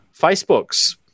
facebooks